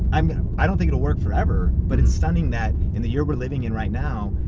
i mean um i don't think it'll work forever. but it's stunning that in the year we're living in right now,